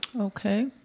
Okay